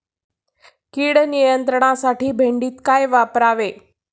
कीड नियंत्रणासाठी भेंडीत काय वापरावे?